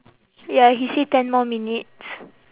ya he say ten more minutes